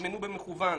הוזמנו במכוון